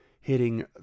hitting